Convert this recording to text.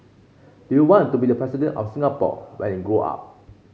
do you want to be the President of Singapore when you grow up